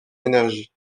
énergie